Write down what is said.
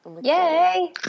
Yay